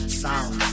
sound